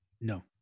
No